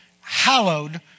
hallowed